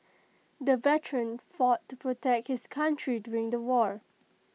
the veteran fought to protect his country during the war